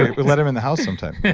we let him in the house sometime yeah